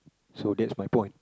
so that's my point